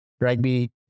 rugby –